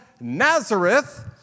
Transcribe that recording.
Nazareth